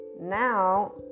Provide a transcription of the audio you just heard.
Now